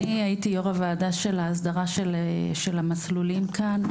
אני הייתי יו"ר הוועדה של ההסדרה של המסלולים כאן,